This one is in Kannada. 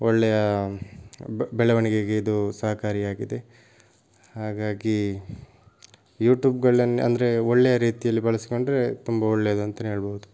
ಒಳ್ಳೆಯ ಬೆ ಬೆಳವಣಿಗೆಗೆ ಇದು ಸಹಕಾರಿಯಾಗಿದೆ ಹಾಗಾಗಿ ಯೂಟ್ಯೂಬ್ಗಳನ್ನು ಅಂದರೆ ಒಳ್ಳೆಯ ರೀತಿಯಲ್ಲಿ ಬಳಸಿಕೊಂಡರೆ ತುಂಬ ಒಳ್ಳೆಯದು ಅಂತಾನೇ ಹೇಳ್ಬೋದು